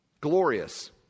glorious